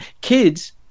Kids